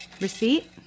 Receipt